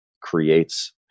creates